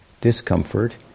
discomfort